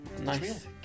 nice